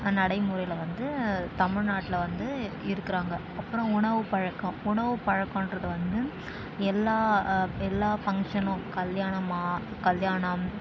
நடைமுறையில் வந்து தமிழ்நாட்டில் வந்து இருக்கிறாங்க அப்புறம் உணவு பழக்கம் உணவு பழக்ககிறது வந்து எல்லாம் எல்லாம் ஃபங்ஷனும் கல்யாணம் மா கல்யாணம்